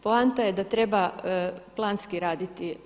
Poanta je da treba planski raditi.